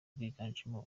bwiganjemo